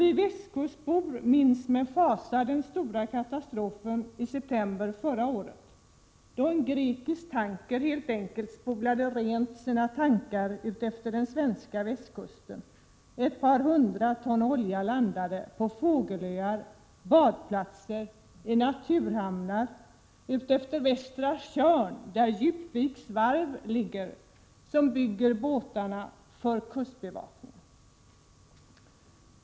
Vi västkustbor minns med fasa den stora katastrofen i september förra året då en grekisk tanker helt enkelt spolade rent sina tankar utefter den svenska västkusten och ett par hundra ton olja landade på fågelöar, badplatser och i naturhamnar längs hela västra Tjörn, där Djupviks varv ligger, som är det varv som bygger båtarna åt kustbevakningen.